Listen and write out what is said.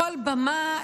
כל במה,